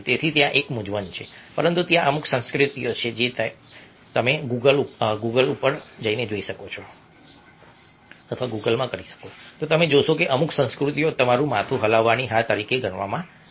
તેથી ત્યાં એક મૂંઝવણ છે પરંતુ ત્યાં અમુક સંસ્કૃતિઓ છે અને જો તમે Googleગુગલ કરો છો તો તમે જોશો કે અમુક સંસ્કૃતિઓમાં તમારું માથું હલાવવાની હા તરીકે ગણવામાં આવે છે